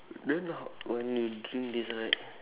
then how when drink this right